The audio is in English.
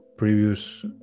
Previous